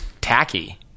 tacky